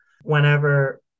whenever